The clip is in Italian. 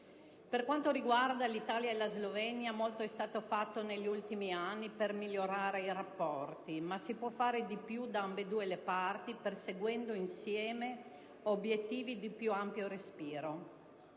Per quanto riguarda l'Italia e la Slovenia, molto è stato fatto negli ultimi anni per migliorare i rapporti, ma si può fare di più, da ambedue le parti, perseguendo insieme obiettivi di più ampio respiro.